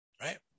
right